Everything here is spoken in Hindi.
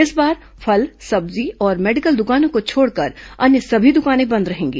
इस बार फल सब्जी और मेडिकल दुकानों को छोड़कर अन्य सभी दुकानें बंद रहेगी